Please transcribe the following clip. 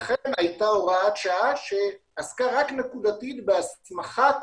לכן הייתה הוראת שעה שעסקה נקודתית בהסמכת